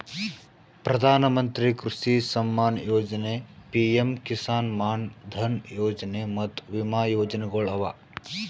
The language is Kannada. ಪ್ರಧಾನ ಮಂತ್ರಿ ಕೃಷಿ ಸಮ್ಮಾನ ಯೊಜನೆ, ಪಿಎಂ ಕಿಸಾನ್ ಮಾನ್ ಧನ್ ಯೊಜನೆ ಮತ್ತ ವಿಮಾ ಯೋಜನೆಗೊಳ್ ಅವಾ